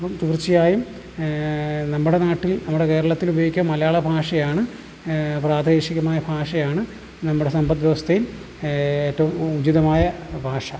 അപ്പം തീർച്ചയായും നമ്മുടെ നാട്ടിൽ നമ്മുടെ കേരളത്തിൽ ഉപയോഗിക്കുക മലയാള ഭാഷയാണ് പ്രാദേശികമായ ഭാഷയാണ് നമ്മുടെ സമ്പദ് വ്യവസ്ഥയും ഏറ്റവും ഉചിതമായ ഭാഷ